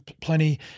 plenty